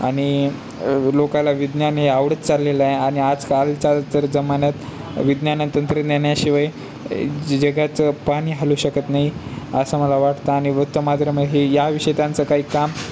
आणि लोकाला विज्ञान हे आवडत चाललेलं आहे आणि आजकालच्या तर जमान्यात विज्ञान तंत्रज्ञानाशिवाय जगाचं पाणी हलू शकत नाही असं मला वाटतं आणि वृत्तमाध्यम हे या विषयी त्यांचं काही काम